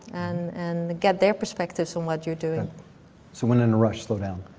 and get their perspectives on what you're doing. so when in a rush, slow down?